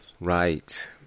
Right